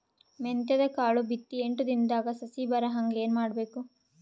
ಮೆಂತ್ಯದ ಕಾಳು ಬಿತ್ತಿ ಎಂಟು ದಿನದಾಗ ಸಸಿ ಬರಹಂಗ ಏನ ಮಾಡಬೇಕು?